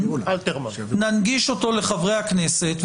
ננגיש אותו לחברי הכנסת,